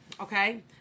okay